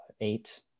eight